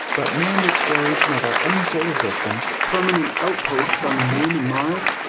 but manned exploration of our own solar system, permanent outposts on the moon and mars,